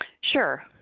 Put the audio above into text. Sure